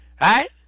Right